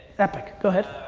epic, go ahead.